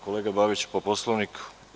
Kolega Babić, po Poslovniku.